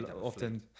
often